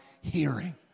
hearing